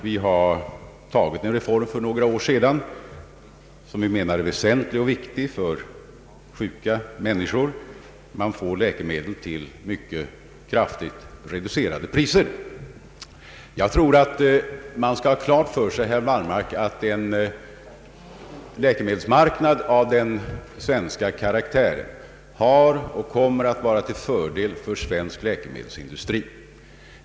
Vi tog en reform för några år sedan som vi menade var viktig för sjuka människor; de får genom sjukförsäkringen läkemedel till mycket kraftigt reducerade priser. Jag tror att man bör ha klart för sig, herr Wallmark, att en läkemedelsmarknad av den svenska karaktären är och kommer att vara till fördel för svensk läkemedelsindustri.